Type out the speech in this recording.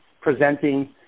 presenting